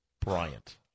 Bryant